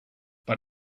but